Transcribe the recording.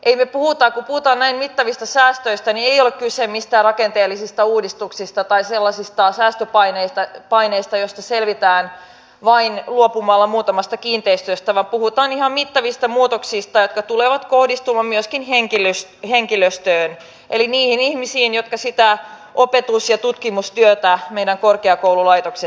eli kun me puhumme näin mittavista säästöistä niin ei ole kyse mistään rakenteellisista uudistuksista tai sellaisista säästöpaineista joista selvitään vain luopumalla muutamasta kiinteistöstä vaan puhutaan ihan mittavista muutoksista jotka tulevat kohdistumaan myöskin henkilöstöön eli niihin ihmisiin jotka sitä opetus ja tutkimustyötä meidän korkeakoululaitoksissamme tekevät